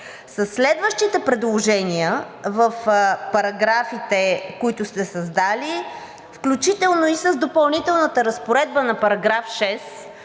следващите предложения в параграфите, които сте създали, включително и с Допълнителната разпоредба на § 6